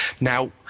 Now